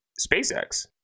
SpaceX